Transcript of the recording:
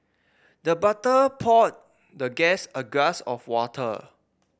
the butler poured the guest a glass of water